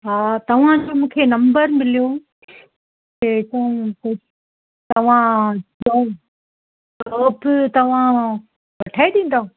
हा तव्हांजो मूंखे नम्बर मिलियो तव्हां जॉब तव्हां वठाए ॾींदव